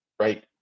right